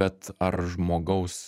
bet ar žmogaus